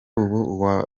ubu